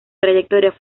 trayectoria